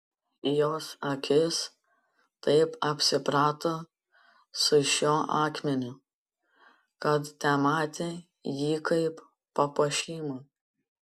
jos akis taip apsiprato su šiuo akmeniu kad tematė jį kaip papuošimą